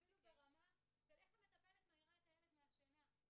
אפילו ברמה של איך המטפלת מעירה את הילד מהשינה.